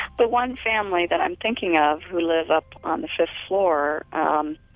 but one family that i'm thinking of who live up on the fifth floor, um